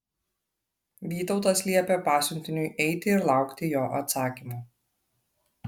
vytautas liepė pasiuntiniui eiti ir laukti jo atsakymo